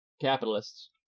capitalists